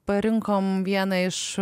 parinkom vieną iš